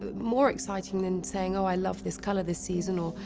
ah more exciting than saying, oh, i love this color this season, or,